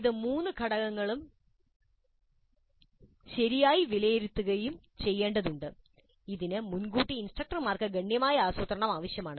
ഈ മൂന്ന് ഘടകങ്ങളും ശരിയായി വിലയിരുത്തുകയും ചെയ്യേണ്ടതുണ്ട് ഇതിന് മുൻകൂട്ടി ഇൻസ്ട്രക്ടർമാർക്ക് ഗണ്യമായ ആസൂത്രണം ആവശ്യമാണ്